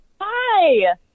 Hi